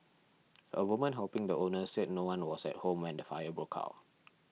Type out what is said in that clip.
a woman helping the owners said no one was at home when the fire broke out